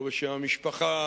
לא בשם המשפחה,